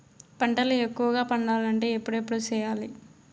పంటల ఎక్కువగా పండాలంటే ఎప్పుడెప్పుడు సేయాలి?